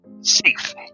Safe